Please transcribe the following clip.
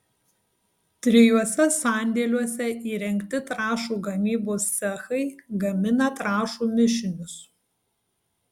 trijuose sandėliuose įrengti trąšų gamybos cechai gamina trąšų mišinius